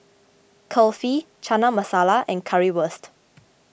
Kulfi Chana Masala and Currywurst